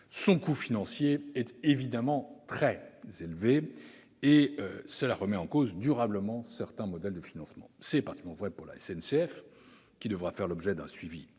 son coût financier est évidemment très élevé et remet en cause durablement certains modèles de financement. C'est particulièrement vrai pour la SNCF, qui devra faire l'objet d'un suivi